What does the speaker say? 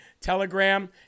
Telegram